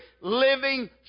living